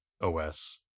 OS